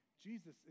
Jesus